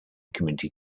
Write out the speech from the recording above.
community